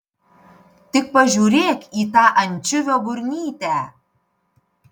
tik pažiūrėk į tą ančiuvio burnytę